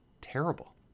terrible